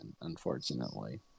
unfortunately